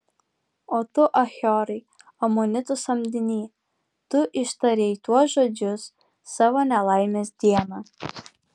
o tu achiorai amonitų samdiny tu ištarei tuos žodžius savo nelaimės dieną